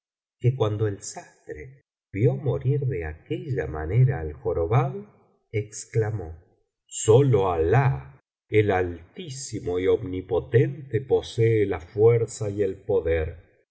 que cuando el sastre vio morir de aquella manera al jorobado exclamó sólo alah el altísimo y omnipotente posee la fuerza y el poder